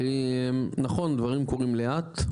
נכון דברים קורים לאט,